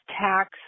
tax